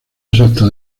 exacta